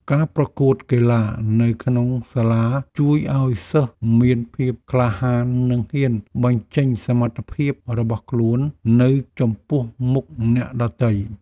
ការប្រកួតកីឡានៅក្នុងសាលាជួយឱ្យសិស្សមានភាពក្លាហាននិងហ៊ានបញ្ចេញសមត្ថភាពរបស់ខ្លួននៅចំពោះមុខអ្នកដទៃ។